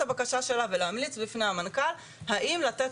הבקשה שלה ולהמליץ בפני המנכ"ל האם לתת